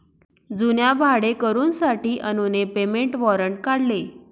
जुन्या भाडेकरूंसाठी अनुने पेमेंट वॉरंट काढले